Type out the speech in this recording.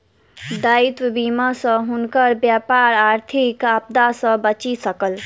दायित्व बीमा सॅ हुनकर व्यापार आर्थिक आपदा सॅ बचि सकल